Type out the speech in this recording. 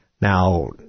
Now